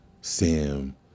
Sam